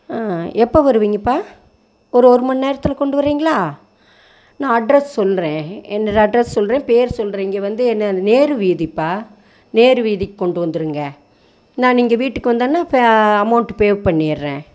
ஆ எப்போ வருவீங்கப்பா ஒரு ஒருமணி நேரத்தில் கொண்டு வரீங்களா நான் அட்ரஸ் சொல்கிறேன் என்னோடய அட்ரஸ் சொல்கிறேன் பெயர் சொல்கிறேன் இங்கே வந்து என்ன நேரு வீதிப்பா நேரு வீதிக்கு கொண்டு வந்துருங்க நான் இங்கே வீட்டுக்கு வந்தோடன்ன அமௌண்ட் பே பண்ணிடுறேன்